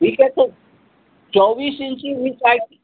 ठीक है तो चौबीस इंची भी साइकिल